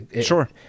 Sure